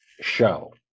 show